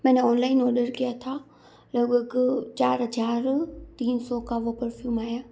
मैंने online order किया था लगभग चार हज़ार तीन सौ का वो परफ्यूम आया